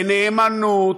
בנאמנות,